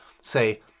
say